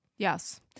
Yes